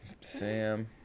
Sam